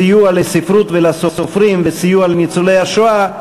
סיוע לספרות ולסופרים וסיוע לניצולי השואה,